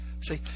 See